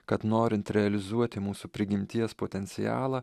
kad norint realizuoti mūsų prigimties potencialą